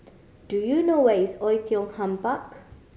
do you know where is Oei Tiong Ham Park